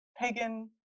pagan